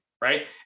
right